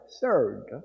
third